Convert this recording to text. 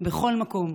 בכל מקום.